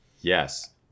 Yes